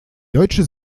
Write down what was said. deutsche